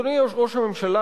אדוני ראש הממשלה,